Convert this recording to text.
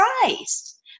Christ